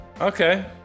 okay